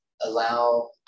Allow